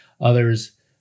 others